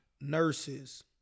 nurses